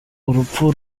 urupfu